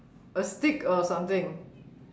a stick or something